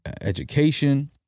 education